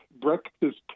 breakfast